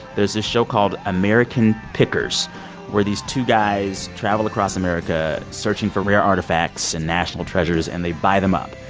there's this show called american pickers where these two guys travel across america, searching for rare artifacts and national treasures, and they buy them up.